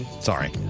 Sorry